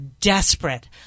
desperate